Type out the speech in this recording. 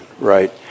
right